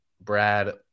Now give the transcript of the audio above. Brad